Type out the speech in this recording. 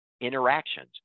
interactions